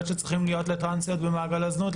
שצריכים להיות לטרנסיות במעגל הזנות.